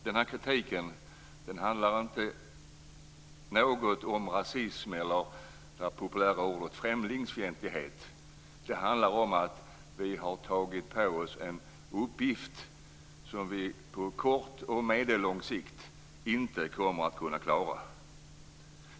Denna kritik handlar inte alls om rasism eller främlingsfientlighet, utan det handlar om att vi har tagit på oss en uppgift som vi på kort och medellång sikt inte kommer att kunna klara.